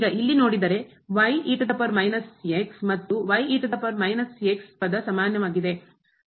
ಈಗ ಇಲ್ಲಿ ನೋಡಿದರೆ ಮತ್ತು ಪದ ಸಾಮಾನ್ಯವಾಗಿದೆ